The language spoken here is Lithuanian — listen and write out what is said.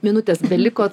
minutės beliko